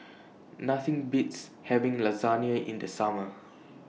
Nothing Beats having Lasagne in The Summer